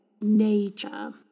nature